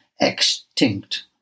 extinct